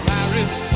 Paris